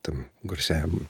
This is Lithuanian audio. tam garsiam